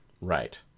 Right